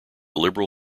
liberal